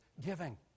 giving